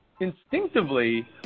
instinctively